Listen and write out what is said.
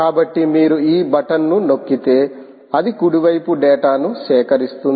కాబట్టి మీరు ఈ బటన్ ను నొక్కితే అది కుడివైపు డేటాను సేకరిస్తుంది